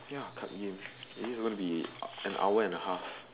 ya card games is this gonna be an hour and a half